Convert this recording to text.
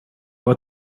what